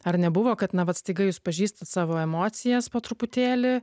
ar nebuvo kad na vat staiga jūs pažįstat savo emocijas po truputėlį